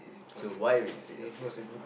so why is it your favourite